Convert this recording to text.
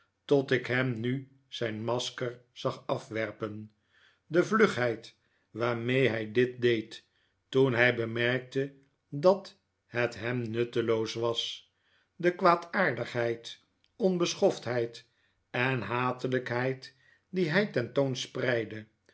tot ik hem nu zijn masker zag afwerpen de vlugheid waarmee hij dit deed toen hij bemerkte dat het hem nutteloos was de kwaadaardigheid pnbeschoftheid en hatelijkheid die hij